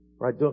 Right